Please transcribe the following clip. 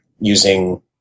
using